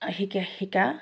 শিকি শিকা